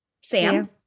Sam